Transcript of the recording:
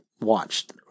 watched